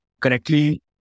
correctly